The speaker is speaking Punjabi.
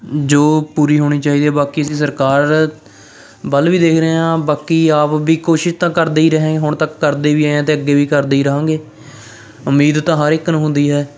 ਜੋ ਪੂਰੀ ਹੋਣੀ ਚਾਹੀਦੀ ਹੈ ਬਾਕੀ ਅਸੀਂ ਸਰਕਾਰ ਵੱਲ ਵੀ ਦੇਖ ਰਹੇ ਹਾਂ ਬਾਕੀ ਆਪ ਵੀ ਕੋਸ਼ਿਸ਼ ਤਾਂ ਕਰਦੇ ਹੀ ਰਹੇ ਹੁਣ ਤੱਕ ਕਰਦੇ ਵੀ ਆਏ ਅਤੇ ਅੱਗੇ ਵੀ ਕਰਦੇ ਹੀ ਰਹਾਂਗੇ ਉਮੀਦ ਤਾਂ ਹਰ ਇੱਕ ਨੂੰ ਹੁੰਦੀ ਹੈ